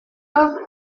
comme